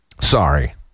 Sorry